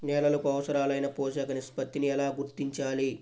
నేలలకు అవసరాలైన పోషక నిష్పత్తిని ఎలా గుర్తించాలి?